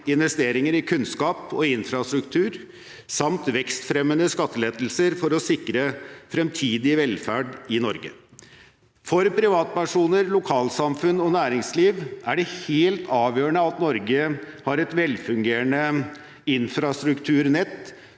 investeringer i kunnskap og infrastruktur samt vekstfremmende skattelettelser for å sikre fremtidig velferd i Norge. For privatpersoner, lokalsamfunn og næringsliv er det helt avgjørende at Norge har et velfungerende infrastrukturnett